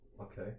Okay